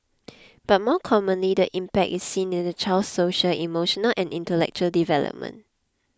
but more commonly the impact is seen in the child's social emotional and intellectual development